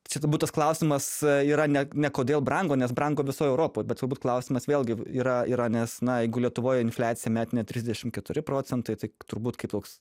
čia turbūt tas klausimas yra ne ne kodėl brango nes brango visoje europoje bet svarbus klausimas vėlgi yra yra nes na jeigu lietuvoj infliacija metinė trisdešimt keturi procentai tai turbūt kaip toks